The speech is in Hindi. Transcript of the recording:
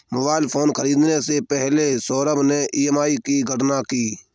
मोबाइल फोन खरीदने से पहले सौरभ ने ई.एम.आई की गणना की